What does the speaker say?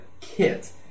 kit